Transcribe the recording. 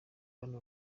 hano